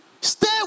Stay